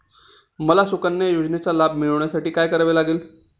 मला सुकन्या योजनेचा लाभ मिळवण्यासाठी काय करावे लागेल?